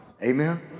amen